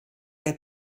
que